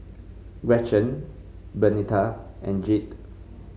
Gretchen Bernita and Jayde